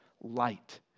light